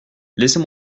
laissez